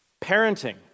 Parenting